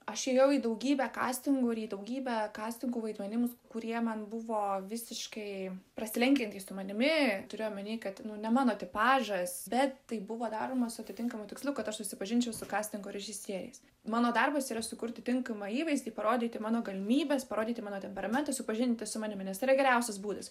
aš ėjau į daugybę kastingų ir į daugybę kastingų vaidmenims kurie man buvo visiškai prasilenkiantys su manimi turiu omeny kad nu ne mano tipažas bet tai buvo daroma su atitinkamu tikslu kad aš susipažinčiau su kastingo režisieriais mano darbas yra sukurti tinkamą įvaizdį parodyti mano galimybes parodyti mano temperamentą susipažinti su manimi nes tai yra geriausias būdas